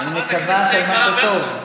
אני מקווה שמשהו טוב.